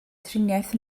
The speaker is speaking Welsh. driniaeth